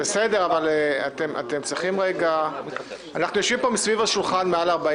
-- אנחנו יושבים פה מסביב לשולחן מעל 40